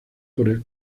por